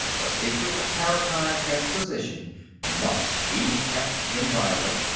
the secret of paratime transposition must be kept inviolate,